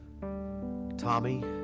Tommy